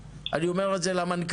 אני אומר את זה למנכ"ל.